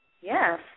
Yes